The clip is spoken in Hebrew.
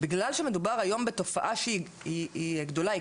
בגלל שמדובר היום בתופעה שהיא גדולה,